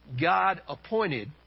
God-appointed